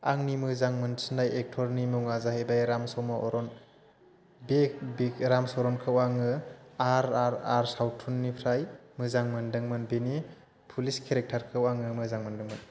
आंनि मोजां मोनसिननाय एक्टरनि मुङा जाहैबाय रामसरन बे रामसरनखौ आङो आर आर आर सावथुनिफ्राइ मोजां मोनदोंमोन बेनि पुलिस केरेक्टारखौ आङो मोजां मोनदोंमोन